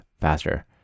faster